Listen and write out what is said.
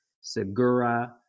Segura